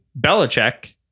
Belichick